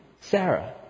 Sarah